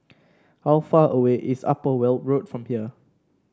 how far away is Upper Weld Road from here